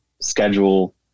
schedule